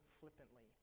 flippantly